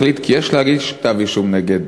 החליט כי יש להגיש כתב אישום נגד